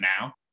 now